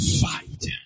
fight